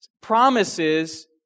promises